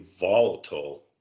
volatile